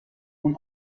اون